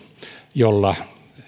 jolla